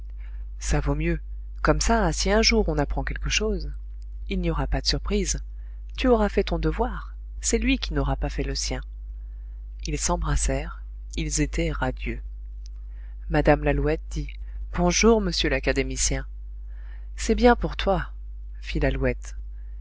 ça vaut mieux comme ça si un jour on apprend quelque chose il n'y aura pas de surprise tu auras fait ton devoir c'est lui qui n'aura pas fait le sien ils s'embrassèrent ils étaient radieux mme lalouette dit bonjour monsieur l'académicien c'est bien pour toi fit lalouette